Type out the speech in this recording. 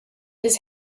his